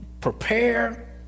prepare